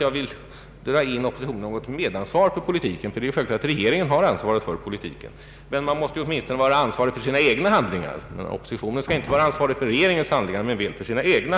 Jag vill inte dra in oppositionen i något medansvar för den ekonomiska politiken, eftersom det självklart är regeringen som bär ansvaret för denna politik. Alla är dock ansvariga för sina egna handlingar. Oppositionen är alltså inte ansvarig för regeringens handlingar, men väl för sina egna.